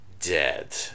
Dead